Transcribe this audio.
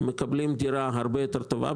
הם מקבלים דירה הרבה יותר טובה,